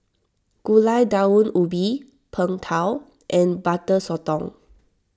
Gulai Daun Ubi Png Tao and Butter Sotong